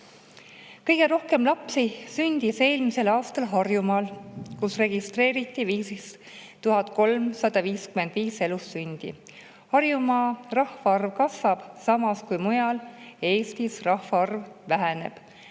Kõige rohkem lapsi sündis eelmisel aastal Harjumaal, kus registreeriti 5355 elussündi. Harjumaa rahvaarv kasvab, samas kui mujal Eestis rahvaarv väheneb.